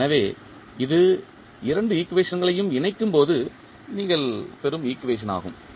எனவே இது இரண்டு ஈக்குவேஷன்களையும் இணைக்கும்போது நீங்கள் பெறும் ஈக்குவேஷன் ஆகும்